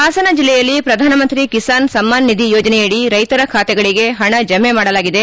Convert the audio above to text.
ಹಾಸನ ಜಲ್ಲೆಯಲ್ಲಿ ಪ್ರಧಾನಮಂತ್ರಿ ಕಿಸಾನ್ ಸಮ್ಮಾನ್ನಿಧಿ ಯೋಜನೆಯಡಿ ರೈತರ ಖಾತೆಗಳಿಗೆ ಪಣ ಜಮೆ ಮಾಡಲಾಗಿದೆ